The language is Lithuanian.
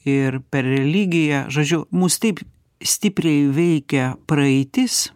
ir per religiją žodžiu mus taip stipriai veikia praeitis